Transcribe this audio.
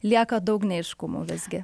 lieka daug neaiškumų visgi